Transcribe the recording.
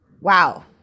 Wow